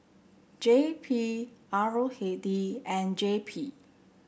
J P R O K D and J P